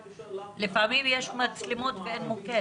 לפעמים יש מצלמות ואין מוקד.